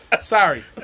Sorry